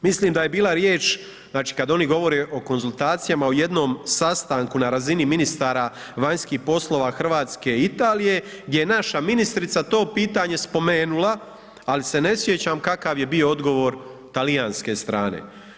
Mislim da je bila riječ, znači, kada oni govore o konzultacijama, o jednom sastanku na razini ministara vanjskih poslova RH i Italije gdje je naša ministrica to pitanje spomenula, ali se ne sjećam kakav je bio odgovor talijanske strane.